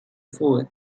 food